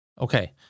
okay